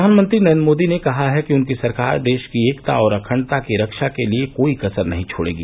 प्रधानमंत्री नरेन्द्र मोदी ने कहा है कि उनकी सरकार देश की एकता और अखंडता की रक्षा के लिए कोई कसर नहीं छोड़ेगी